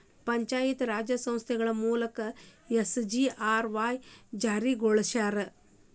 ಪಂಚಾಯತ್ ರಾಜ್ ಸಂಸ್ಥೆಗಳ ಮೂಲಕ ಎಸ್.ಜಿ.ಆರ್.ವಾಯ್ ಜಾರಿಗೊಳಸ್ಯಾರ